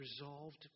resolved